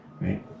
right